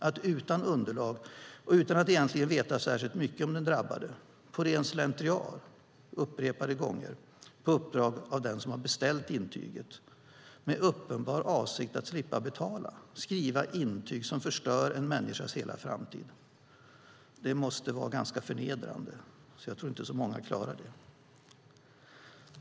Att utan underlag och utan att egentligen veta särskilt mycket om den drabbade på ren slentrian upprepade gånger och på uppdrag av den som har beställt intyget med uppenbar avsikt på att slippa betala, skriva intyg som förstör en människas hela framtid, måste vara så förnedrande så jag tror inte att så många klarar det.